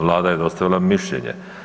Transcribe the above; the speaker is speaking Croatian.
Vlada je dostavila mišljenje.